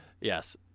yes